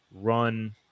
run –